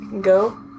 Go